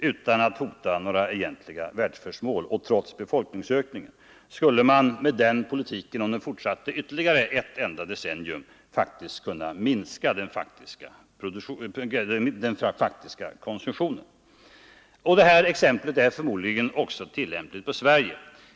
Utan att hota några egentliga välfärdsmål och trots befolkningsökningen skulle man, om den politiken fortsatte ytterligare; på ett enda decennium kunna åstadkomma en faktisk konsumtionsminskning. Detta exempel är förmodligen också tillämpligt på Sverige.